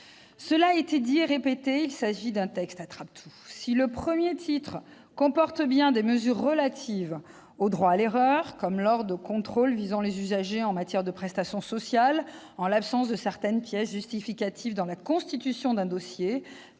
Cela a été dit et répété, il s'agit d'un texte attrape-tout. Si le titre I comporte bien des mesures relatives au droit à l'erreur- lors de contrôles visant les usagers en matière de prestations sociales, en l'absence de certaines pièces justificatives dans la constitution d'un dossier,